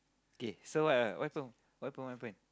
okay so what what song what happen what happen